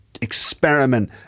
experiment